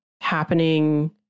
happening